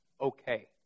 okay